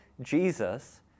Jesus